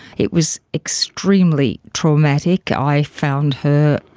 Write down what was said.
it was extremely traumatic. i found her.